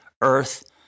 Earth